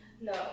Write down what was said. No